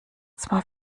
zwar